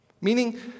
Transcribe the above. Meaning